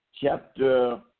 chapter